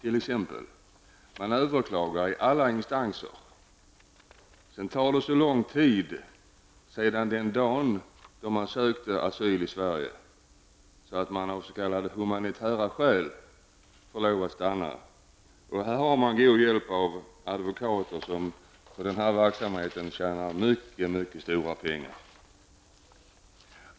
Man överklagar t.ex. i alla instanser, och sedan tar det så lång tid från den dagen då man sökte asyl i Sverige, att man får lov att stanna av s.k. humanitära skäl. Där har man god hjälp av advokater som tjänar mycket stora pengar på den här verksamheten.